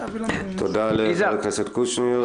תודה לחבר הכנסת קושניר.